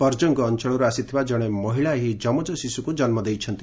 ପର୍କଙଙ ଅଞଳରୁ ଆସିଥିବା ଜଣେ ମହିଳା ଏହି ଯମଜ ଶିଶୁକୁ ଜନ୍ ଦେଇଛନ୍ତି